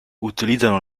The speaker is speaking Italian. utilizzano